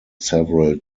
several